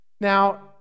Now